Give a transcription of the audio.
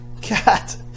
Cat